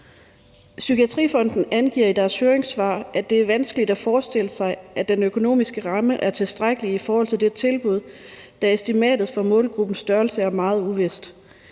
Psykiatrifonden angiver i deres høringssvar, at det er vanskeligt at forestille sig, at den økonomiske ramme er tilstrækkelig i forhold til tilbuddet, da estimatet for målgruppens størrelse er meget usikkert,